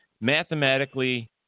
Mathematically